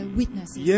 witnesses